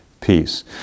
peace